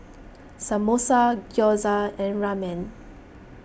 Samosa Gyoza and Ramen